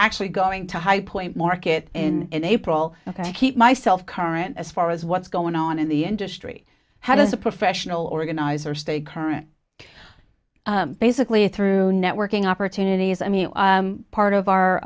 actually going to high point market in april and i keep myself current as far as what's going on in the industry how does a professional organizer stay current basically through networking opportunities i mean part of our